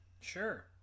Sure